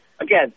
again